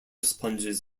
sponges